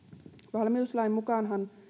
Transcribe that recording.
valmiuslain mukaanhan